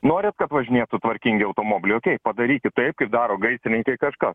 norit kad važinėtų tvarkingi automobiliai okėj padarykit taip kaip daro gaisrininkai kažką